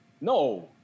no